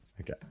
Okay